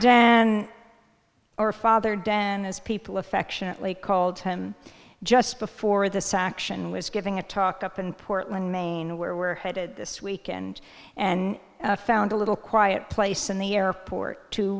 father dan as people affectionately called him just before this action was giving a talk up in portland maine where we're headed this weekend and found a little quiet place in the airport to